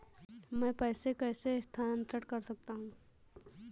मैं पैसे कैसे स्थानांतरण कर सकता हूँ?